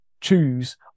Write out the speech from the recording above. choose